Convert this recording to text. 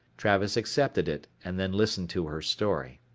travis accepted it, and then listened to her story.